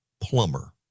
plumber